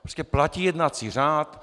Prostě platí jednací řád.